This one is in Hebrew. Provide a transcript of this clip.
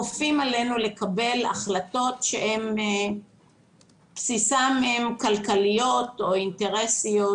כופים עלינו לקבל החלטות שבבסיסן הן כלכליות או אינטרסנטיות,